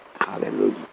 Hallelujah